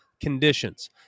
conditions